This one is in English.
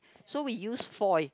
so we use foil